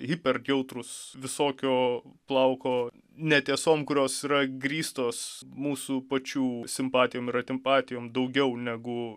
hiper jautrūs visokio plauko netiesom kurios yra grįstos mūsų pačių simpatijom ir antipatijom daugiau negu